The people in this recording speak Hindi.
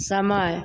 समय